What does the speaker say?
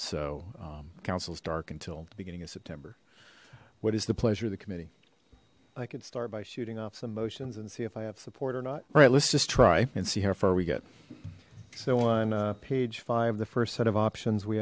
so councils dark until the beginning of september what is the pleasure of the committee i could start by shooting off some motions and see if i have support or not all right let's just try and see how far we get so on page five the first set of options we